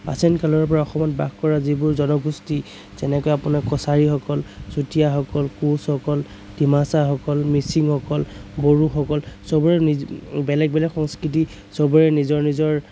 প্ৰাচীন কালৰ পৰা অসমত বাস কৰা যিবোৰ জনগোষ্ঠী যেনেকৈ আপোনাৰ কছাৰীসকল চুতীয়াসকল কোচঁসকল ডিমাছাসকল মিচিংসকল বড়োসকল চবৰে নিজ বেলেগ বেলেগ সংস্কৃতি চবৰে নিজৰ নিজৰ